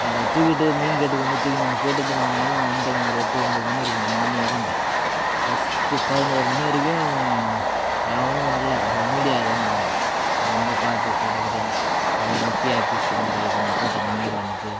அதை தூக்கிட்டு மெயின் கேட்டுக்கு வந்து தூக்கின்னு வந்து போட்டுவிட்டு நாங்கள் பண்ண அன்டைம் ஒரு எட்டு ஒம்பது மணி இருக்கும் நம்ம பாட்டுன்னு உட்காந்துட்டோம் பத்து பதினோரு மணி வரைக்கும் எவனும் வரலை அப்புறம் மீடியாயெலாம் வந்தாங்க வந்து பார்த்து ஃபோட்டோ கீட்டோவெலாம் அதில் முக்கிய அக்கியூஸ்ட் மாதிரி நம்ம ஃபோட்டோவுக்கு முன்னாடி வந்து